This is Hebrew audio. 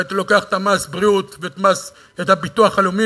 הייתי לוקח את מס הבריאות ואת הביטוח הלאומי